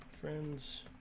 friends